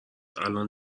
الان